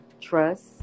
trust